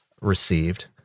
received